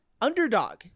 underdog